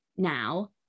now